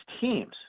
teams